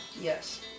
yes